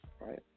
right